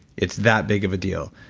it's that big of a deal.